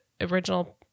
original